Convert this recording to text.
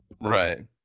Right